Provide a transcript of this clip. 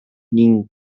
ning